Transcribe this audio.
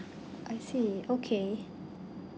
I see okay